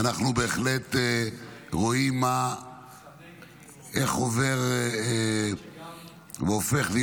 ואנחנו בהחלט רואים איך עובר והופך להיות